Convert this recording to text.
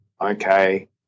okay